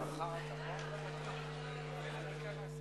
אני מברך את